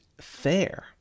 fair